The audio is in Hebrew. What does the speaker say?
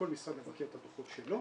כל משרד מבקר את הדוחות שלו,